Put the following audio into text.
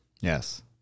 Yes